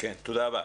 תודה רבה.